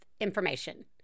information